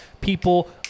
people